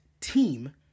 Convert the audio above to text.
team